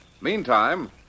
Meantime